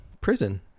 Prison